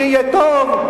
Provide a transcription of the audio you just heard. שיהיה טוב,